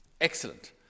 excellent